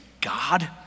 God